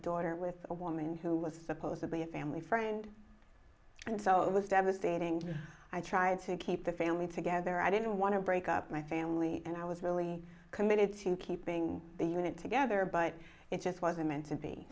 daughter with a woman who was supposedly a family friend and so it was devastating i tried to keep the family together i didn't want to break up my family and i was really committed to keeping the unit together but it just wasn't meant to be